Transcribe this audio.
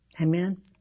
Amen